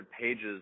pages